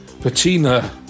Patina